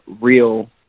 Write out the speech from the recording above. real